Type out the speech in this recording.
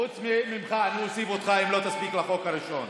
חוץ ממך, אני אוסיף אותך אם לא תספיק לחוק הראשון.